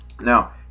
Now